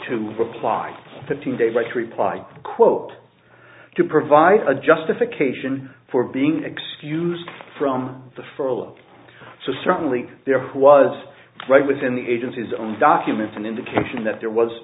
to reply fifteen days right reply quote to provide a justification for being excused from the furlough so certainly there was right within the agency's own documents an indication that there was